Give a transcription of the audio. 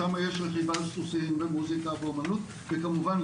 שמה יש רכיבה על סוסים ומוסיקה ואומנות וכמובן,